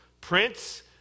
Prince